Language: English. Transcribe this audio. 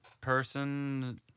person